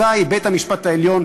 אזי בית-המשפט העליון,